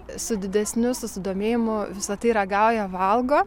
su didesniu susidomėjimu visa tai ragauja valgo